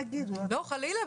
חלילה,